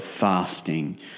fasting